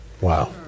Wow